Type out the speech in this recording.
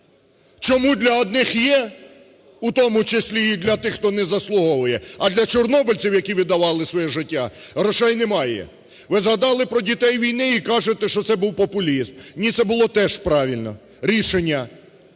Чому для одних є, у тому числі і для тих, хто не заслуговує, а для чорнобильців, які віддавали своє життя, грошей немає. Ви згадали про дітей війни і кажете, що це був популізм. Ні, це було теж правильне рішення.